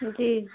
जी